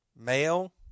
Male